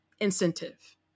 incentive